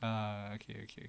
ah okay okay